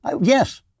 Yes